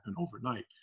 overnight